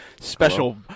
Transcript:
Special